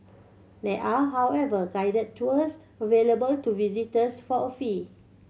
they are however guided tours available to visitors for a fee